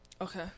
okay